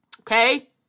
okay